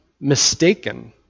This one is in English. mistaken